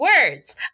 words